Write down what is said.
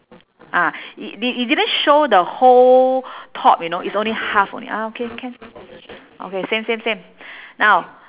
ah it it didn't show the whole top you know it's only half only ah okay can okay same same same now